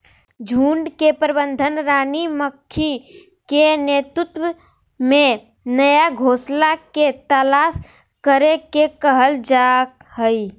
झुंड के प्रबंधन रानी मक्खी के नेतृत्व में नया घोंसला के तलाश करे के कहल जा हई